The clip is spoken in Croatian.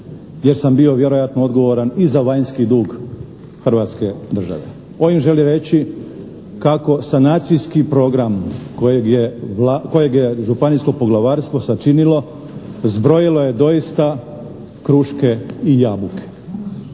jer sam bio vjerojatno odgovoran i za vanjski dug Hrvatske države. Ovim želim reći kako sanacijski program kojeg je županijsko poglavarstvo sačinilo zbrojilo je doista kruške i jabuke.